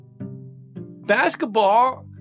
Basketball